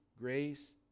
grace